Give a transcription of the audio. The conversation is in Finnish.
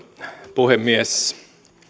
puhemies